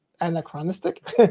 Anachronistic